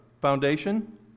Foundation